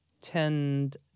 tend